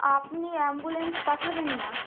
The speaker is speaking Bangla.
আপনি অ্যাম্বুলেন্স পাঠাবেন না